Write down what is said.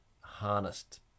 harnessed